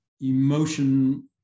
emotion